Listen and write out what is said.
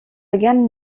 again